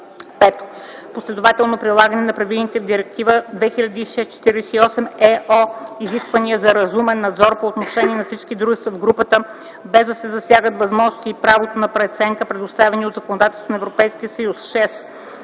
2; 5. последователно прилагане на предвидените в Директива 2006/48/ЕО изисквания за разумен надзор по отношение на всички дружества в групата, без да се засягат възможностите и правото на преценка, предоставени от законодателството на Европейския съюз;